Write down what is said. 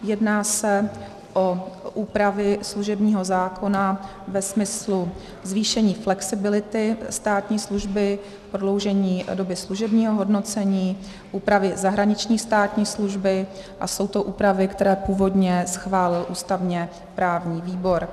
Jedná se úpravy služebního zákona ve smyslu zvýšení flexibility státní služby, prodloužení doby služebního hodnocení, úpravy zahraniční státní služby a jsou to úpravy, které původně schválil ústavněprávní výbor.